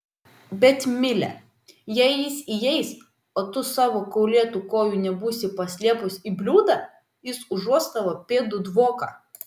bet mile jei jis įeis o tu savo kaulėtų kojų nebūsi paslėpus į bliūdą jis užuos tavo pėdų dvoką